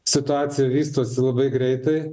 situacija vystosi labai greitai